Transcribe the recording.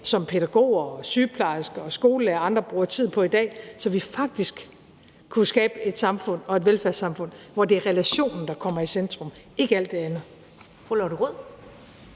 som pædagoger og sygeplejersker og skolelærere og andre bruger tid på i dag, så vi faktisk kunne skabe et samfund og et velfærdssamfund, hvor det er relationen, der kommer i centrum, ikke alt det andet. Kl. 22:50